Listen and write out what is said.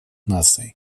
наций